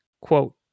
quote